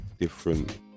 different